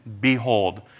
Behold